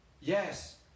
Yes